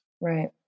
Right